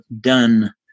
done